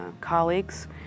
colleagues